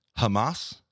Hamas